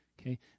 okay